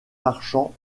marchands